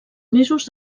mesos